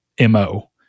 MO